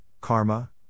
Karma